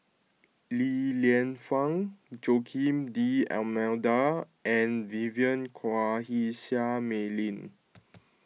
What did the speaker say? Li Lienfung Joaquim D'Almeida and Vivien Quahe Seah Mei Lin